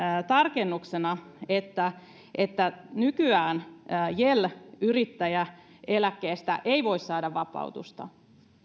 tarkennuksena että että nykyään yel yrittäjäeläkkeestä ei voi saada vapautusta